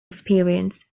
experience